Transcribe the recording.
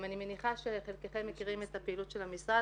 אני מניחה שחלקכם מכירים את הפעילות של המשרד,